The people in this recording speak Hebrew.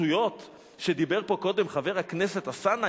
לשטויות שדיבר פה קודם חבר הכנסת אלסאנע,